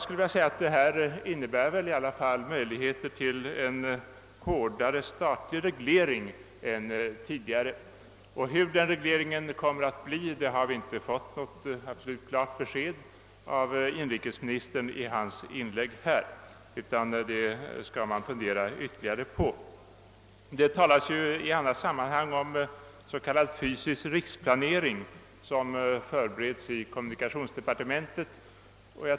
Men detta öppnar möjligheter till en hårdare statlig reglering än tidigare. Hur hård den regleringen kommer att bli har vi inte genom inrikesministerns inlägg fått något klart besked om, utan det skall man fundera ytterligare på. Det talas ju i andra sammanhang om s.k. fysisk riksplanering som förbereds i kommunikationsdepartementet.